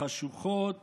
החשוכות